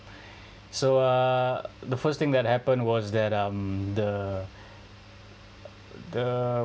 so uh the first thing that happened was that um the the